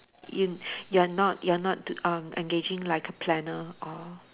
you you are not you are not t~ um engaging like a planner or